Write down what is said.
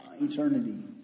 eternity